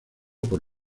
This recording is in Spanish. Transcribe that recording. por